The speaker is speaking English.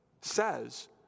says